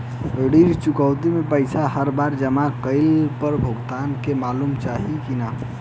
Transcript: ऋण चुकौती के पैसा हर बार जमा कईला पर भुगतान के मालूम चाही की ना?